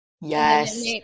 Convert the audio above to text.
yes